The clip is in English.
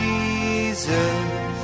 Jesus